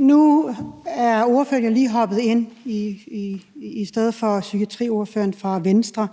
Nu er ordføreren jo lige hoppet ind i stedet for psykiatriordføreren for Venstre,